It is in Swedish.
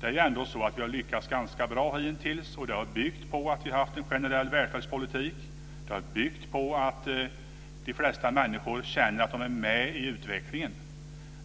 Vi har ju ändå lyckats ganska bra hittills. Detta har byggt på att vi har haft en generell välfärdspolitik. Det har byggt på att de flesta människor känner att de är med i utvecklingen.